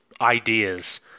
ideas